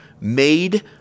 made